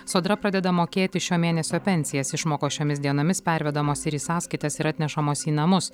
sodra pradeda mokėti šio mėnesio pensijas išmokos šiomis dienomis pervedamos ir į sąskaitas ir atnešamos į namus